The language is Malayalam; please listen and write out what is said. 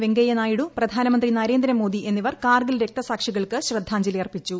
വെങ്കയ്യനായിഡു പ്രധാനമന്ത്രി നരേന്ദ്രമോദി എന്നിവർ കാർഗിൽ രക്തസാക്ഷികൾക്ക് ശ്രദ്ധാഞ്ജലിയർപ്പിച്ചു